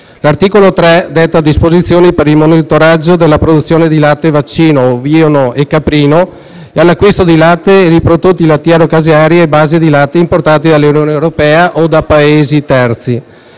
L'articolo 3 detta disposizioni per il monitoraggio della produzione di latte vaccino, ovino e caprino e dell'acquisto di latte e prodotti lattiero-caseari a base di latte importati da Paesi dell'Unione europea o terzi,